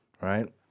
Right